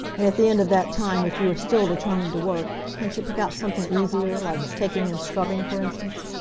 and at the end of that time, if you are still determined to work, can't you pick out something easier like taking in scrubbing, for instance?